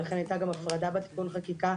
ולכן הייתה גם הפרדה בתיקון החקיקה,